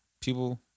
people